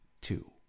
two